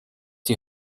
die